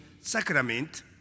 sacrament